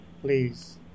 please